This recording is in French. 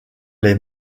les